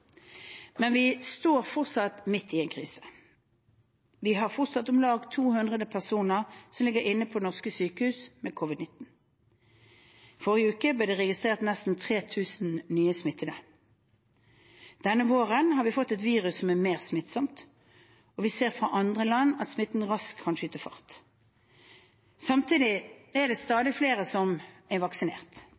Men vi står fortsatt midt i en krise. Vi har fortsatt om lag 200 personer som ligger inne på norske sykehus med covid-19. Forrige uke ble det registrert nesten 3 000 nye smittende. Denne våren har vi fått et virus som er mer smittsomt, og vi ser fra andre land at smitten raskt kan skyte fart. Samtidig er det stadig flere som er vaksinert.